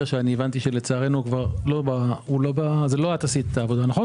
לכן במקביל נדרשת ההוראה הזאת שאנחנו מביאים כאן.